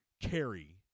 carry